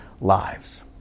lives